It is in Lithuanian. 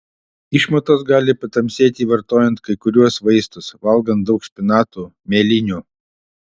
išmatos gali patamsėti vartojant kai kuriuos vaistus valgant daug špinatų mėlynių